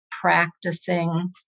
practicing